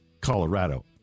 Colorado